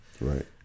right